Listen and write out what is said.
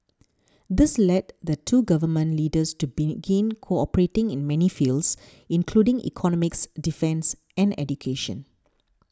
this led the two Government Leaders to begin cooperating in many fields including economics defence and education